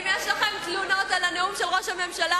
אם יש לכם תלונות על הנאום של ראש הממשלה,